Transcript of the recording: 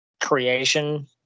creation